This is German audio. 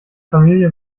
familie